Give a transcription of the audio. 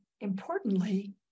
importantly